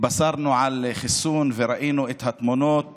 התבשרנו על חיסון וראינו את התמונות